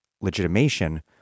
legitimation